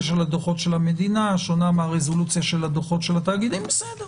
של הדוחות של המדינה שונה מהרזולוציה של הדוחות של התאגידים בסדר.